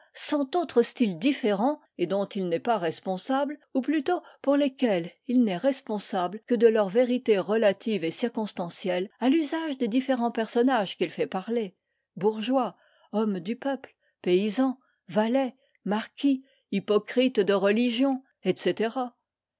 cent autres styles différents et dont il n'est pas responsable ou plutôt pour lesquels il n'est responsable que de leur vérité relative et circonstancielle à l'usage des différents personnages qu'il fait parler bourgeois homme du peuple paysan valet marquis hypocrite de religion etc